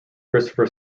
christopher